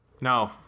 No